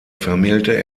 vermählte